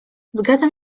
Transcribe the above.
zgadzam